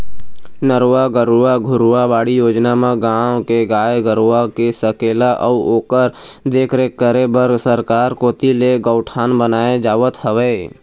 नरूवा, गरूवा, घुरूवा, बाड़ी योजना म गाँव के गाय गरूवा के सकेला अउ ओखर देखरेख करे बर सरकार कोती ले गौठान बनाए जावत हवय